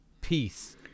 Peace